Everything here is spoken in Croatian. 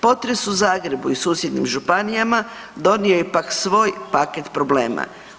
Potres u Zagrebu i susjednim županijama donio je pak svoj paket problema.